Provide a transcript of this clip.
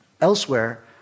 elsewhere